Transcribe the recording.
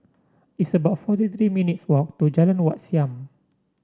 it's about forty three minutes' walk to Jalan Wat Siam